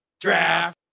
draft